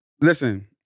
Listen